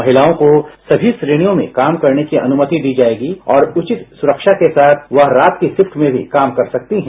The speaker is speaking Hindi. महिलाओं को सभी श्रेणियों में काम करने की अनुमति दी जाएगी और उचित सुरक्षा के साथ वह रात की शिफ्ट में भी काम कर सकती हैं